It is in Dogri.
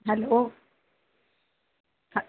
हैलो हा